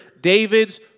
David's